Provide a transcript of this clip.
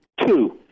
two